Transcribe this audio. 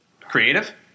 Creative